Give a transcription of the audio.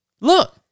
Look